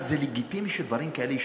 אבל זה לגיטימי שדברים כאלה יישמעו.